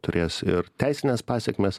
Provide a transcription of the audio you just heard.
turės ir teisines pasekmes